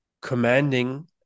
commanding